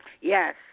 Yes